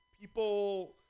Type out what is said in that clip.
People